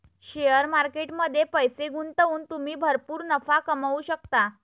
share market मध्ये पैसे गुंतवून तुम्ही भरपूर नफा कमवू शकता